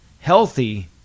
healthy